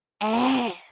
ass